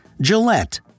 Gillette